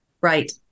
Right